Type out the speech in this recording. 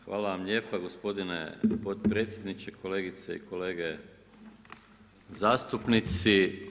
Hvala vam lijepa gospodine potpredsjedniče, kolegice i kolege zastupnici.